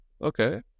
Okay